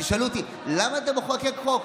תשאלו אותי: למה אתה מחוקק חוק?